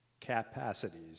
capacities